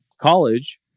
college